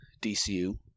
DCU